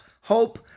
Hope